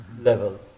level